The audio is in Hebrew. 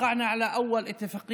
(אומר דברים בשפה